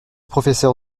professeur